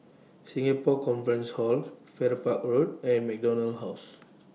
Singapore Conference Hall Farrer Park Road and MacDonald House